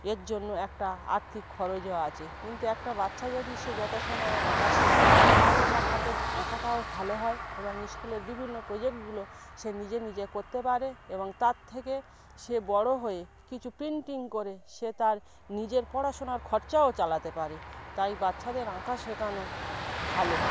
এর জন্য একটা আর্থিক খরচও আছে কিন্তু একটা বাচ্চা যদি সে যথাসময়ে আঁকা শেখে তাহলে তার হাতের আঁকাটাও ভালো হয় এবং স্কুলের বিভিন্ন প্রজেক্টগুলো সে নিজে নিজে করতে পারে এবং তার থেকে সে বড় হয়ে কিছু প্রিন্টিং করে সে তার নিজের পড়াশুনার খরচাও চালাতে পারে তাই বাচ্চাদের আঁকা শেখানো ভালো